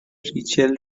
ریچل